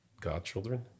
godchildren